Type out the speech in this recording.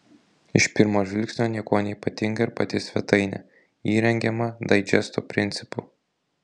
iš pirmo žvilgsnio niekuo neypatinga ir pati svetainė ji rengiama daidžesto principu